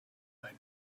ein